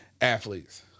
athletes